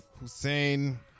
Hussein